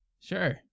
Sure